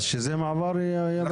זה מעבר יבשתי.